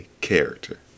character